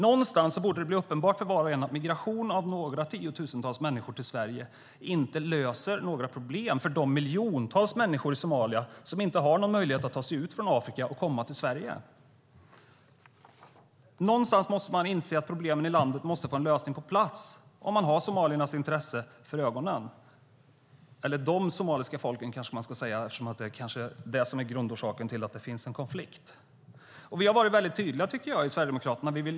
Det borde bli uppenbart för var och en att migration av några tiotusental människor inte löser några problem för de miljontals människor i Somalia som inte har någon möjlighet att ta sig ut från Afrika och komma till Sverige. Man måste inse att problemen i landet måste få en lösning på plats om man har somaliernas intresse för ögonen - eller de somaliska folkens, kanske man ska säga; detta är måhända grundorsaken till att det finns en konflikt. Vi har varit väldigt tydliga i Sverigedemokraterna, tycker jag.